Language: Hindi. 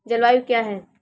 जलवायु क्या है?